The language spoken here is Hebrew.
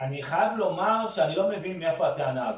אני חייב לומר שאני לא מבין מאיפה הטענה הזאת.